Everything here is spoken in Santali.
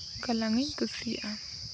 ᱜᱟᱞᱟᱝ ᱤᱧ ᱠᱩᱥᱤᱭᱟᱜᱼᱟ